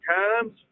times